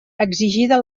exigida